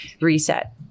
reset